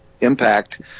impact